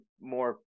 more